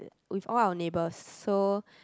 the with all our neighbors so